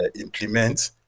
implement